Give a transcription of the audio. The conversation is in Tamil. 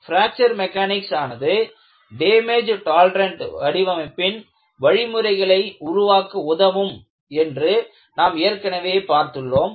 பிராக்சர் மெக்கானிக்ஸ் ஆனது டேமேஜ் டாலரண்ட் வடிவமைப்பின் வழிமுறைகளை உருவாக்க உதவும் என்று நாம் ஏற்கனவே பார்த்துள்ளோம்